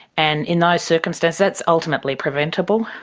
and in those circumstances, that's ultimately preventable,